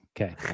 Okay